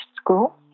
school